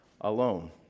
alone